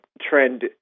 trend